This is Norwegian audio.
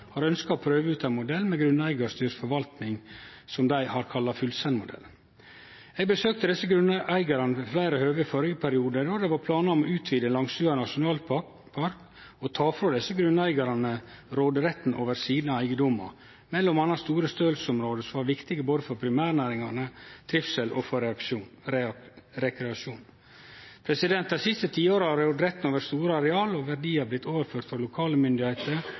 har ønskt å prøve ut ein modell med grunneigarstyrt forvaltning, som dei har kalla Fullsenn-modellen. Eg besøkte desse grunneigarane ved fleire høve i førre periode, då det var planar om å utvide langs Langsua nasjonalpark og ta frå desse grunneigarane råderetten over eigedommane deira, m.a. store stølsområde som var viktige både for primærnæringane, trivsel og rekreasjon. Dei siste tiåra har råderetten over store areal og verdiar blitt overført frå lokale myndigheiter